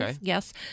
yes